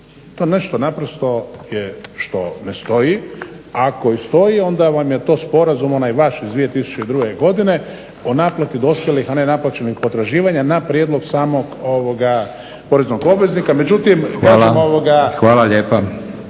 To nešto naprosto je što ne stoji. A ako i stoji, onda vam je to sporazum onaj vaš iz 2002. godine o naplati dospjelih a nenaplaćenih potraživanja na prijedlog samog poreznog obveznika. Međutim, kažem…